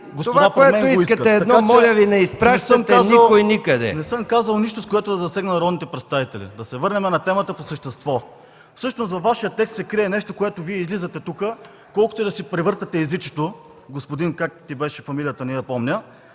Това, което искате е едно, моля Ви, не изпращайте никой никъде. ДИМИТЪР ДИМОВ: Не съм казал нищо, с което да засегна народните представители. Да се върнем по темата по същество. Всъщност във Вашия текст се крие нещо, с което Вие излизате тука и колкото да си превъртате езичето, господин – как ти беше фамилията, не я помня,